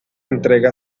entrega